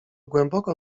głęboko